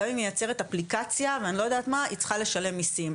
גם אם היא מייצרת אפליקציה ואני לא יודעת מה היא צריכה לשלם מיסים,